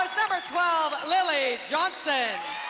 number twelve, lily johnson.